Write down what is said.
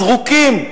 "הזרוקים".